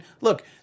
look